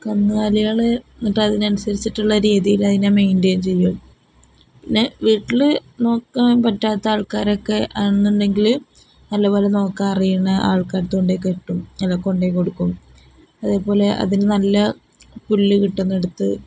കന്നുകാലികള് എന്നിട്ട് അതിനനുസരിച്ചിട്ടുള്ള രീതിൽ അതിനെ മെയിന്റെയിൻ ചെയ്യും പിന്നെ വീട്ടില് നോക്കാൻ പറ്റാത്ത ആൾക്കാരൊക്കെ ആണെന്നുണ്ടെങ്കില് നല്ലപോലെ നോക്കാന് അറിയുന്ന ആൾക്കാരുടെ അടുത്തു കൊണ്ടുപോയിക്കെട്ടും അല്ല കൊണ്ടുപോയിക്കൊടുക്കും അതേപോലെ അതിനു നല്ല പുല്ലു കിട്ടുന്ന ഇടത്ത്